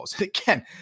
Again